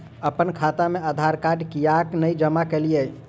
अप्पन खाता मे आधारकार्ड कियाक नै जमा केलियै?